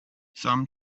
some